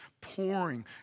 pouring